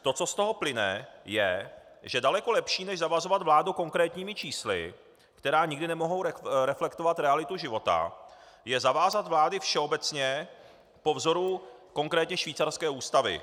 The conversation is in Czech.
To, co z toho plyne, je, že daleko lepší než zavazovat vládu konkrétními čísly, která nikdy nemohou reflektovat realitu života, je zavázat vlády všeobecně po vzoru konkrétně švýcarské ústavy.